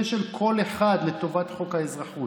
בהפרש של קול אחד לטובת חוק האזרחות.